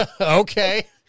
Okay